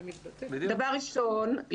דבר ראשון,